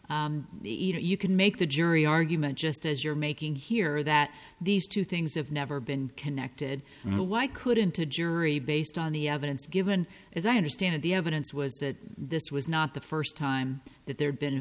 though you can make the jury argument just as you're making here that these two things have never been connected and why couldn't a jury based on the evidence given as i understand it the evidence was that this was not the first time that there had been a